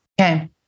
Okay